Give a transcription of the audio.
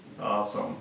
awesome